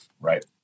right